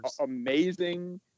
amazing